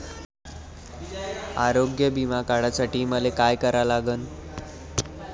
आरोग्य बिमा काढासाठी मले काय करा लागन?